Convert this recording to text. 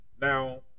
Now